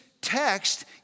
text